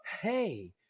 hey